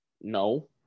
no